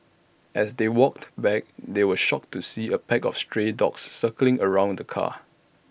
as they walked back they were shocked to see A pack of stray dogs circling around the car